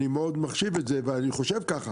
אני מאוד מחשיב את זה ואני חושב ככה,